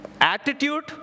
attitude